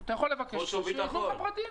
אתה יכול לבקש שישלחו אליך את הפרטים,